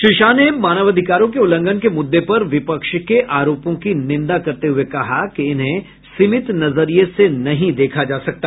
श्री शाह ने मानवाधिकारों के उल्लंघन के मुद्दे पर विपक्ष के आरोपों की निंदा करते हुए कहा कि इन्हें सीमित नजरिए से नहीं देखा जा सकता